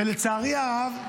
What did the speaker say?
שלצערי הרב,